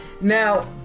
Now